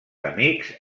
amics